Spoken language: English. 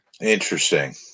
Interesting